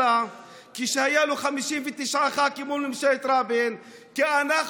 כשהיו לו 59 ח"כים מול ממשלת רבין כי אנחנו,